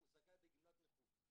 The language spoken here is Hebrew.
הוא זכאי בגמלת נכות.